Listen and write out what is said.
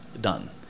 done